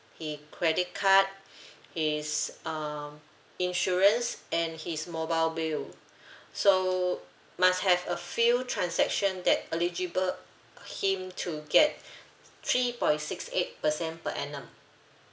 he credit card his um insurance and his mobile bill so must have a few transaction that eligible him to get three point six eight percent per annum